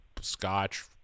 scotch